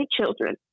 children